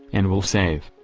and will save.